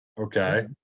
Okay